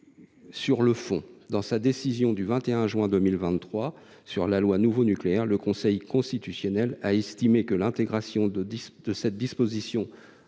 sur le fond. Dans sa décision du 21 juin 2023 sur la loi Nouveau Nucléaire, le Conseil constitutionnel a simplement estimé que l’intégration de cette disposition à un texte